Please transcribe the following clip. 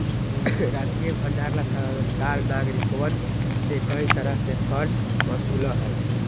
राजकीय भंडार ला सरकार नागरिकवन से कई तरह के कर वसूला हई